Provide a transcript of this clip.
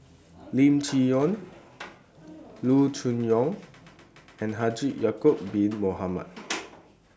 Lim Chee Onn Loo Choon Yong and Haji Ya'Acob Bin Mohamed